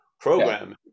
program